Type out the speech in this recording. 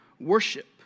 worship